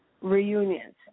reunions